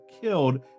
killed